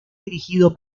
dirigido